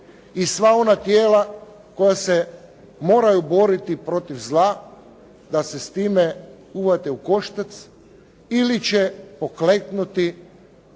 i sva ona tijela koja se moraju boriti protiv zla da se s time uhvate u koštac ili će pokleknuti,